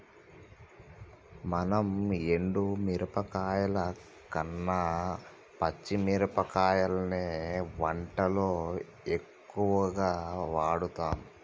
మనం ఎండు మిరపకాయల కన్న పచ్చి మిరపకాయలనే వంటల్లో ఎక్కువుగా వాడుతాం